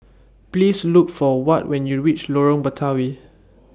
Please Look For Watt when YOU REACH Lorong Batawi